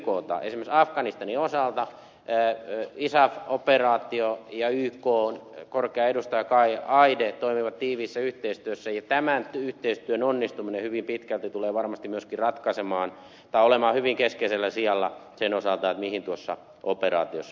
esimerkiksi afganistanin osalta isaf operaatio ja ykn korkea edustaja kai eide toimivat tiiviissä yhteistyössä ja tämän yhteistyön onnistuminen hyvin pitkälti tulee varmasti myöskin olemaan hyvin keskeisellä sijalla sen osalta mihin tuossa operaatiossa